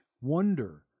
wonder